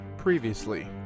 previously